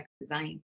design